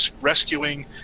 rescuing